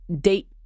date